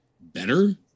better